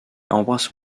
embrasse